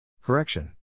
Correction